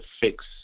fix